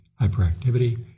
hyperactivity